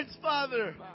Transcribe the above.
Father